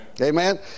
Amen